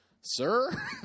sir